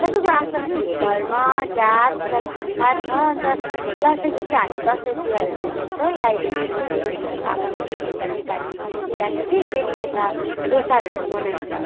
सबैको आफ् आफ्नै धर्म जात र भाषा छ अनि त दसैँ चाहिँ हामी दसैँ तिहारहरू मनाउँछौ राई लिम्बूहरू तामाङहरू यता नेपाली जातिले फेरि यता लोसारहरू मनाइन्छ